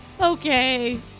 Okay